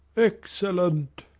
excellent!